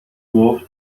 گفت